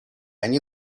они